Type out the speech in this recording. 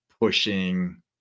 pushing